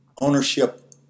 ownership